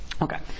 Okay